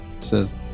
says